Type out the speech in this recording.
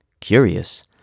Curious